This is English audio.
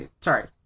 Sorry